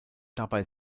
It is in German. dabei